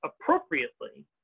appropriately